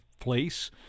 place